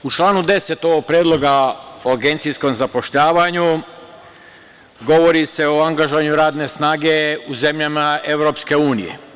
U članu 10. ovog predloga o agencijskom zapošljavanju govori se o angažovanju radne snage u zemljama EU.